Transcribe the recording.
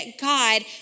God